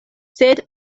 sed